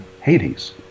Hades